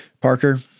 Parker